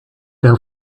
der